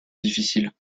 difficiles